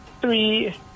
three